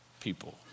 people